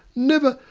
never,